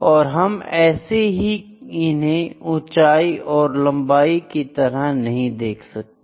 और हम ऐसे ही इन्हें ऊंचाई और लंबाई की तरह नहीं देख सकते